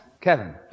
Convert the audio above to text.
Kevin